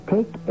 Take